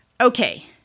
Okay